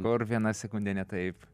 kur viena sekundė ne taip